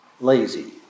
lazy